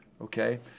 okay